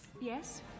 Yes